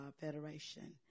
Federation